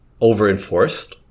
over-enforced